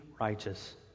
righteous